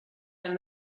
and